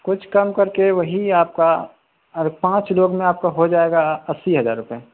کچھ کم کر کے وہی آپ کا اور پانچ لوگ میں آپ کا ہو جائے گا اسی ہزار روپے